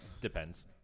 Depends